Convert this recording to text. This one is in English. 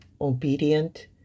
obedient